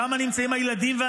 שם נמצאים הילדים.